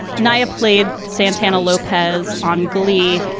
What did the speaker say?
niah played santana lopez on glee.